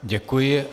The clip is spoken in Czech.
Děkuji.